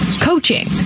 Coaching